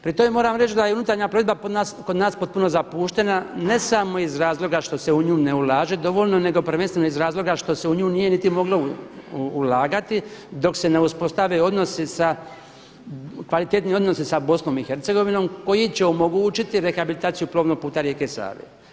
Pri tome moram reći da je unutarnja plovidba kod nas potpuno zapuštena ne samo iz razloga što se u nju ne ulaže dovoljno nego prvenstveno iz razloga što se u nju nije niti moglo ulagati dok se ne uspostave odnosi sa, kvalitetni odnosi sa Bosnom i Hercegovinom koji će omogućiti rehabilitaciju plovnog puta rijeke Save.